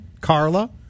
Carla